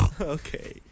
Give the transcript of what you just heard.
Okay